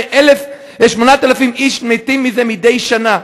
8,000 איש מתים מזה מדי שנה.